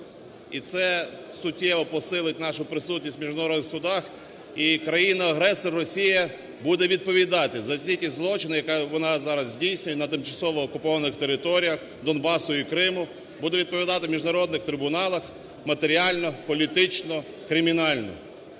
І це суттєво посилить нашу присутність у міжнародних судах. І країна-агресор Росія буде відповідати за всі ті злочини, які вона зараз здійснює на тимчасово окупованих територіях Донбасу і Криму, буде відповідати в міжнародних трибуналах матеріально, політично, кримінально.